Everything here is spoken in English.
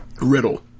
riddle